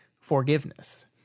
forgiveness